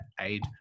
aid